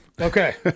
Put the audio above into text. Okay